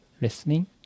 listening